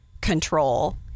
control